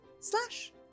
slash